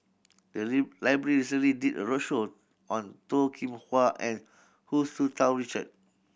the library recently did a roadshow on Toh Kim Hwa and Hu Tsu Tau Richard